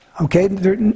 Okay